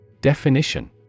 Definition